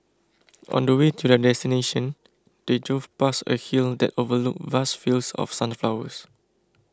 on the way to their destination they drove past a hill that overlooked vast fields of sunflowers